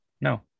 no